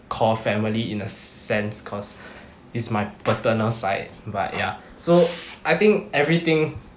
core family in a sense cause it's my paternal side but ya so I think everything